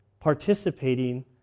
Participating